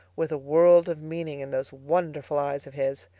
with a world of meaning in those wonderful eyes of his.